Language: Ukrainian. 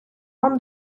вам